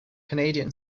canadian